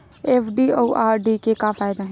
FD अउ RD के का फायदा हे?